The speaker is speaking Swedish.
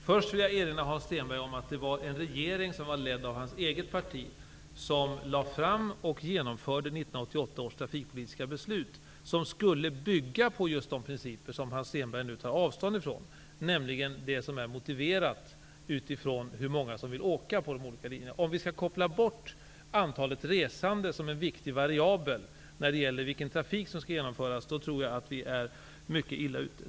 Fru talman! Först vill jag erinra Hans Stenberg om att det var en regering ledd av hans eget parti som lade fram och genomförde 1988 års trafikpolitiska beslut, som byggde på just de principer som Hans Stenberg nu tar avstånd från, nämligen en trafik motiverad utifrån hur många resande som vill utnyttja de olika linjerna. Om vi kopplar bort den viktiga variabeln antalet resande vid beräkning av vilken trafik som det skall satsas på, tror jag att vi är mycket illa ute.